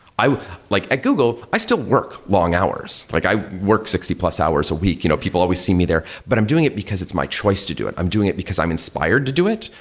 like at google, i still work long hours. like i work sixty plus hours a week. you know people always see me there, but i'm doing it because it's my choice to do it. i'm doing it because i'm inspired to do it.